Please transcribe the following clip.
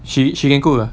she she can cook ah